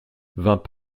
vint